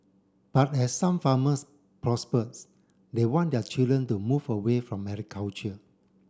but as some farmers prospered they want their children to move away from agriculture